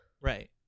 Right